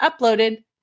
uploaded